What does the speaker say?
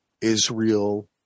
Israel